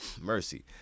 Mercy